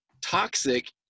toxic